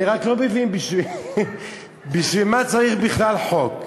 אני רק לא מבין בשביל מה צריך בכלל חוק.